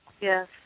Yes